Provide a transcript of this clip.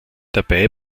dabei